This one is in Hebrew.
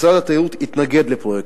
משרד התיירות יתנגד לפרויקט,